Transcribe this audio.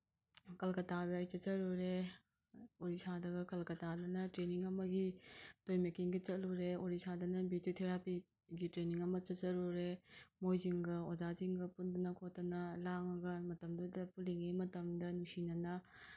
ꯀꯜꯀꯇꯥꯗ ꯑꯩ ꯆꯠꯆꯔꯨꯔꯦ ꯑꯣꯔꯤꯁꯥꯗꯒ ꯀꯜꯀꯇꯥꯗꯅ ꯇ꯭ꯔꯦꯅꯤꯡ ꯑꯃꯒꯤ ꯇꯣꯏ ꯃꯦꯀꯤꯡꯒꯤ ꯆꯠꯂꯨꯔꯦ ꯑꯣꯔꯤꯁꯥꯗꯅ ꯕ꯭ꯌꯨꯇꯤ ꯊꯦꯔꯥꯄꯤꯒꯤ ꯇ꯭ꯔꯦꯅꯤꯡ ꯑꯃ ꯆꯠꯆꯔꯨꯔꯦ ꯃꯣꯏꯁꯤꯡꯒ ꯑꯣꯖꯥꯁꯤꯡꯒ ꯄꯨꯟꯗꯅ ꯈꯣꯠꯇꯅ ꯂꯥꯡꯉꯒ ꯃꯇꯝꯗꯨꯗ ꯄꯨꯜꯂꯤꯉꯩ ꯃꯇꯝꯗ ꯅꯨꯡꯁꯤꯅꯅ